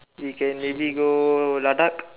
we can maybe go ladakh